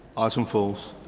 item falls.